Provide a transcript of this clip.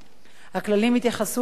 הכללים התייחסו לזכאות,